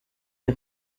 les